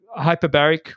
hyperbaric